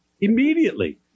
immediately